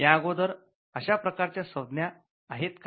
या अगोदर अशा प्रकारच्या संज्ञा आहेत का